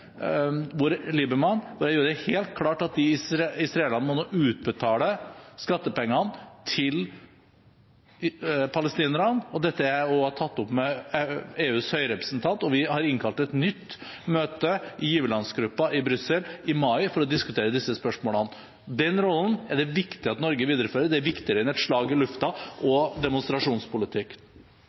hvor vi nå gjennomfører en viktig dialog, ikke minst mellom palestinske myndigheter og israelske myndigheter. Søndag hadde jeg en lang samtale med den israelske utenriksministeren, Avigdor Lieberman. Jeg gjorde det helt klart at israelerne nå må utbetale skattepengene til palestinerne. Dette har jeg også tatt opp med EUs høyrepresentant, og vi har innkalt til et nytt møte i giverlandsgruppen i Brussel i mai for å diskutere disse spørsmålene. Den rollen er det viktig at